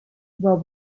well